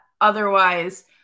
otherwise